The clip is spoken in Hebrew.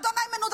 אדון איימן עודה,